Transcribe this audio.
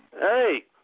Hey